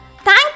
Thank